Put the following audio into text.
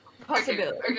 Possibility